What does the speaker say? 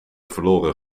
verloren